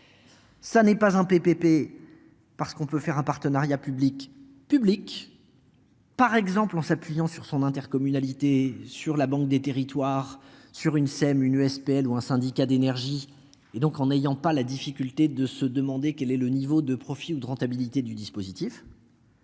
Ça n'est pas un PPP parce qu'on peut faire un partenariat public-public. Par exemple en s'appuyant sur son intercommunalité sur la banque des territoires sur une sème une SPL ou un syndicat d'énergie et donc en ayant pas la difficulté de se demander quel est le niveau de profit ou de rentabilité du dispositif.